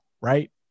right